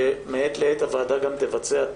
ומעת לעת הוועדה גם תבצע,